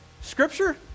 Scripture